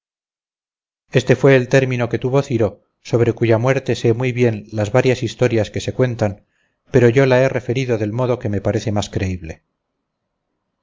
este fue el término que tuvo ciro sobre cuya muerte sé muy bien las varias historias que se cuentan pero yo la he referido del modo que me parece más creíble